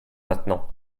maintenant